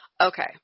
Okay